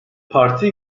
parti